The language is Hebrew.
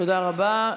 תודה רבה.